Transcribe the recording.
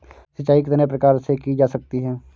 सिंचाई कितने प्रकार से की जा सकती है?